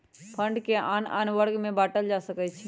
fund के आन आन वर्ग में बाटल जा सकइ छै